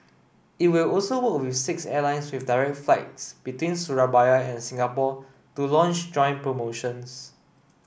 it will also work with six airlines with direct flights between Surabaya and Singapore to launch joint promotions